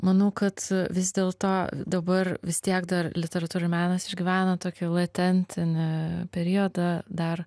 manau kad vis dėlto dabar vis tiek dar literatūra menas išgyvena tokį latentinį periodą dar